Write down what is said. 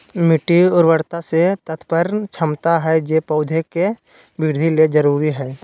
मिट्टी उर्वरता से तात्पर्य क्षमता हइ जे पौधे के वृद्धि ले जरुरी हइ